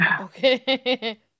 okay